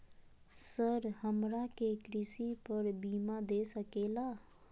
Sir हमरा के कृषि पर बीमा दे सके ला?